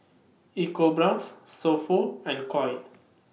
EcoBrown's So Pho and Koi